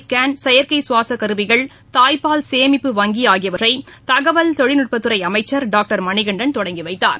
scan செயற்கை சுவாசக் கருவிகள் தாய்ப்பால் சேமிப்பு வங்கி ஆகியவற்றை தகவல் தொழில்நுட்பத் துறை அமைச்சர் டாக்டர் எம் மணிகண்டன் தொடங்கிவைத்தார்